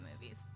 movies